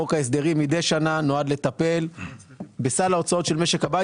חוק ההסדרים מדי שנה נועד לטפל בסל ההוצאות של משק הבית